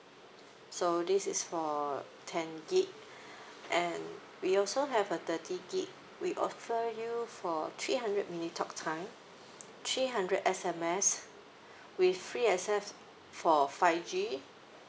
so this is for ten gigabyte and we also have a thirty gigabyte we offer you for three hundred minute talk time three hundred S_M_S with free access for five G